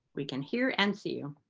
we can hear and see you.